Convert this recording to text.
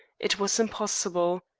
it was impossible.